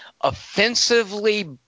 offensively